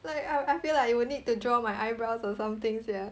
like I I feel like I will need to draw my eyebrows or some thing sia